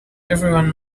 everyone